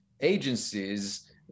agencies